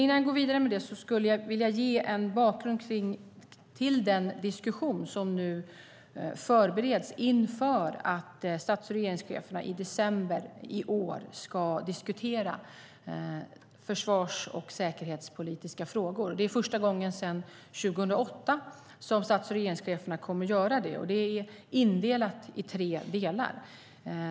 Innan jag går vidare med det ska jag ge en bakgrund till den diskussion som förbereds inför att stats och regeringscheferna i december i år ska diskutera försvars och säkerhetspolitiska frågor. Det är första gången sedan 2008 som stats och regeringscheferna ska göra detta, och det är indelat i tre delar.